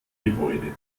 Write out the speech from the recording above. gebäude